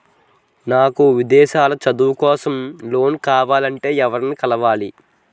నాకు విదేశాలలో చదువు కోసం లోన్ కావాలంటే ఎవరిని కలవాలి?